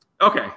Okay